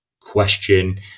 question